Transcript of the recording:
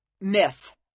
myth